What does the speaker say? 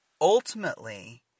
Ultimately